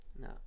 No